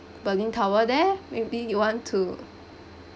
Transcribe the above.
berlin tower there maybe you want to